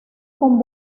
con